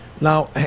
Now